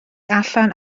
allan